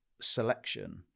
selection